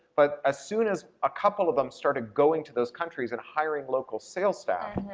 but as soon as a couple of them started going to those countries and hiring local sales staff,